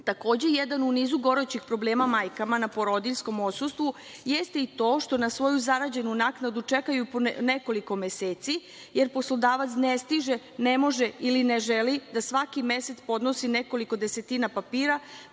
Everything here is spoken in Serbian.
deteta. Takođe, jedan u nizu gorućih problema majkama na porodiljskom odsustvu jeste i to što na svoju zarađenu naknadu čekaju po nekoliko meseci, jer poslodavac ne stiže, ne može ili ne želi da svaki mesec podnosi nekoliko desetina papira